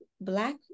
black